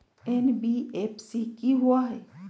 NBFC कि होअ हई?